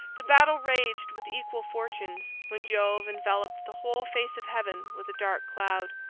the battle raged with equal fortunes, when jove enveloped the whole face of heaven with a dark cloud.